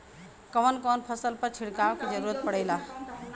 कवन कवन फसल पर छिड़काव के जरूरत पड़ेला?